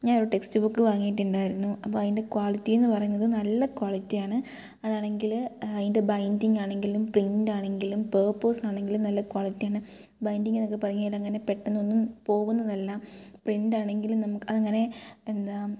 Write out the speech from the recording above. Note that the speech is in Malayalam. ഞാൻ ഒരു ടെക്സ്റ്റ് ബുക്ക് വാങ്ങിയിട്ടുണ്ടായിരുന്നു അപ്പോൾ അതിന്റെ ക്വാളിറ്റി എന്ന് പറയുന്നത് നല്ല ക്വാളിറ്റി ആണ് അതാണെങ്കിൽ അതിന്റെ ബയിൻറ്റിങ് ആണെങ്കിലും പ്രിന്റ് ആണെങ്കിലും പേപ്പേഴ്സ് ആണെങ്കിലും നല്ല ക്വാളിറ്റി ആണ് ബയിൻറ്റിങ് എന്നൊക്കെ പറഞ്ഞാൽ അങ്ങനെ പെട്ടന്നൊന്നും പോവുന്നതല്ല പ്രിന്റ് ആണെങ്കിലും നമുക്ക് അതങ്ങനെ എന്താണ്